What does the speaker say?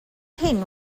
hyn